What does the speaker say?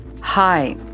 Hi